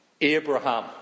Abraham